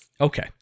Okay